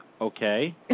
Okay